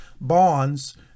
bonds